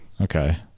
okay